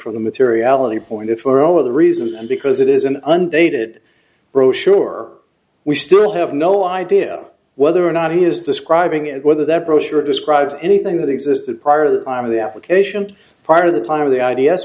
from the materiality point for all of the reasons and because it is an undated brochure we still have no idea whether or not he is describing it whether that brochure describes anything that existed prior to the time of the application part of the time of the i